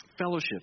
Fellowship